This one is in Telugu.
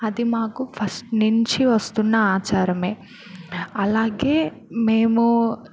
అది మాకు ఫస్ట్ నుంచి వస్తున్న ఆచారమే అలాగే మేము